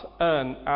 earn